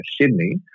Sydney